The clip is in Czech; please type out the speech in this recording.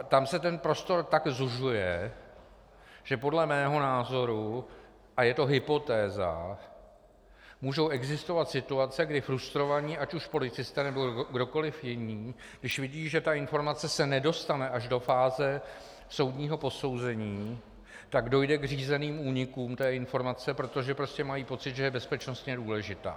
Tam se ten prostor tak zužuje, že podle mého názoru a je to hypotéza můžou existovat situace, kdy frustrovaní ať už policisté, nebo kdokoliv jiný, když vidí, že ta informace se nedostane až do fáze soudního posouzení, tak dojde k řízeným únikům té informace, protože prostě mají pocit, že je bezpečnostně důležitá.